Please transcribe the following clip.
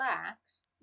relaxed